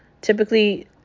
Typically